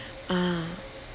ah